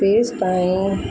तेसीं ताईं